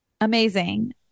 Amazing